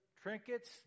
trinkets